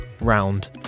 round